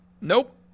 Nope